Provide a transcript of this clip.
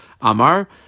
Amar